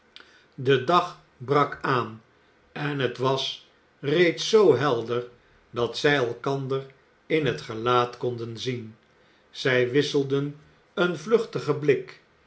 de dag brak aan en het was reeds zoo helder dat zij elkander in het gelaat konden zien zij wisselden een vluchtigen blik